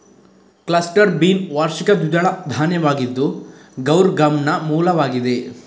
cluster bean ವಾರ್ಷಿಕ ದ್ವಿದಳ ಧಾನ್ಯವಾಗಿದ್ದು ಗೌರ್ ಗಮ್ನ ಮೂಲವಾಗಿದೆ